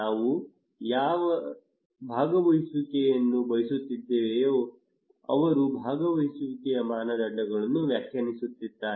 ನಾವು ಯಾರ ಭಾಗವಹಿಸುವಿಕೆಯನ್ನು ಬಯಸುತ್ತೇವೆಯೋ ಅವರು ಭಾಗವಹಿಸುವಿಕೆಯ ಮಾನದಂಡಗಳನ್ನು ವ್ಯಾಖ್ಯಾನಿಸುತ್ತಾರೆ